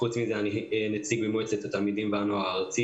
חוץ מזה אני נציג במועצת התלמידים והנוער הארצית